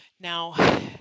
Now